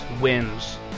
wins